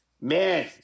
man